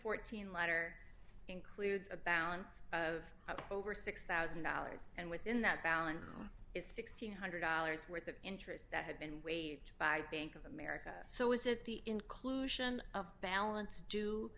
teen letter includes a balance of over six thousand dollars and within that balance is one thousand six hundred dollars worth of interest that had been waived by bank of america so is it the inclusion of balance do